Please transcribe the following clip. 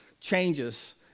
changes